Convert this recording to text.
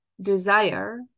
desire